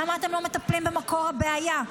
למה אתם לא מטפלים במקור הבעיה?